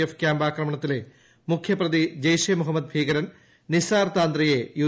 F camp ആക്രമണത്തിലെ മുഖ്യപ്രതി ജെയ്ഷെ ഇ മുഹമ്മദ് ഭീകരൻ നിസാർ താന്ത്രെയെ യു